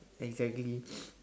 exactly